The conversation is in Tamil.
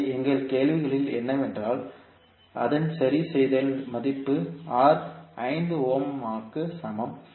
எனவே எங்கள் கேள்வியில் என்னவென்றால் அதன் சரி செய்தல் மதிப்பு R 5 ஓம் க்கு சமம்